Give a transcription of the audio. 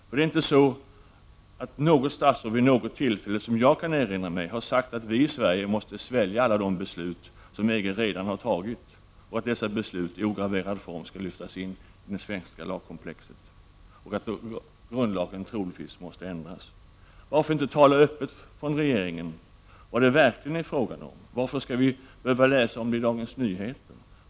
För det är inte så att något statsråd vid något tillfälle som jag kan erinra har sagt att vi i Sverige måste svälja alla de beslut som EG redan har fattat och att dessa beslut i ograverad form skall lyftas in i det svenska lagkomplexet och att grundlagen troligtvis måste ändras? Varför inte tala öppet från regeringen vad det verkligen är fråga om? Varför skall vi behöva läsa om detta i Dagens Nyheter?